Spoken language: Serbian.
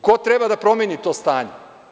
Ko treba da promeni to stanje?